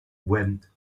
went